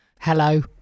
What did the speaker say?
Hello